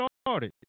started